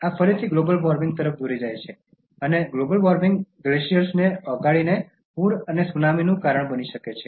આ ફરીથી global warming તરફ દોરી જાય છે અને ગ્લોબલ વોર્મિંગ ગ્લેશિયર્સને ઓગળીને પૂર અને સુનામીઝનું કારણ બની શકે છે